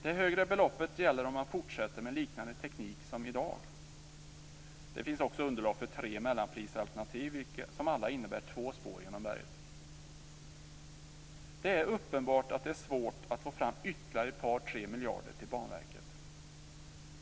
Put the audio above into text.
Det högre beloppet gäller om man fortsätter med liknande teknik som i dag. Det finns också underlag för tre mellanprisalternativ som alla innebär två spår genom berget. Det är uppenbart att det är svårt att få fram ytterligare ett par, tre miljarder till Banverket.